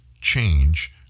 change